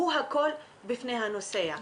הוא הכול בפני הנוסע.